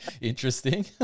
interesting